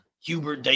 Hubert